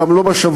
גם לא בשבוע.